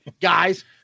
guys